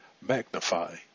magnify